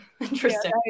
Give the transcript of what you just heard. interesting